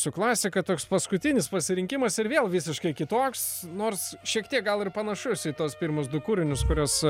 su klasika toks paskutinis pasirinkimas ir vėl visiškai kitoks nors šiek tiek gal ir panašus į tuos pirmus du kūrinius kuriuos